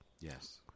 Yes